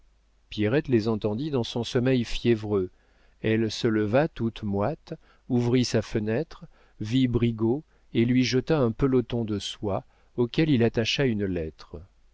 pierrette les entendit dans son sommeil fiévreux elle se leva toute moite ouvrit sa fenêtre vit brigaut et lui jeta un peloton de soie auquel il attacha une lettre